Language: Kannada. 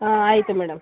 ಹಾಂ ಆಯಿತು ಮೇಡಮ್